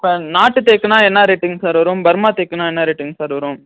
இப்போ நாட்டு தேக்குன்னா என்ன ரேட்டுங்க சார் வரும் பர்மா தேக்குன்னா என்னா ரேட்டுங்க சார் வரும்